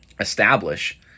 establish